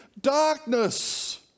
darkness